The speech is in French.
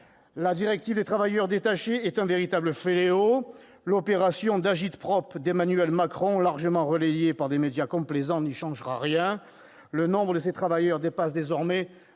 la directive sur les travailleurs détachés est un véritable fléau et l'opération d'agitprop d'Emmanuel Macron, largement relayée par des médias complaisants, n'y changera rien, puisque le nombre de ces travailleurs dépasse désormais